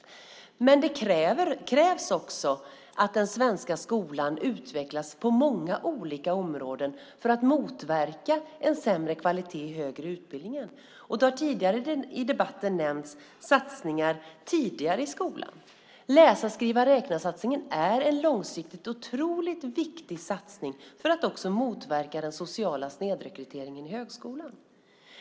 Men det krävs också att den svenska skolan utvecklas på många olika områden för att motverka en sämre kvalitet i högre utbildning. I debatten har satsningar tidigare i skolan nämnts. Läsa-skriva-räkna-satsningen är en långsiktigt otroligt viktig satsning, också för att motverka den sociala snedrekryteringen till högskolan.